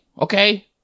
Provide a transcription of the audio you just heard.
Okay